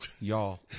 y'all